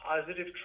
positive